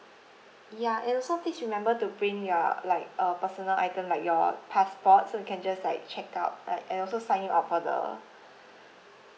ya and also please remember to bring your like a personal items like your passport so we can just like check out like and also sign you up for the